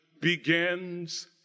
begins